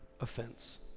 offense